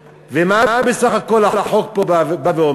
הם עושים כסף טוב, ומה בסך הכול החוק פה בא ואומר?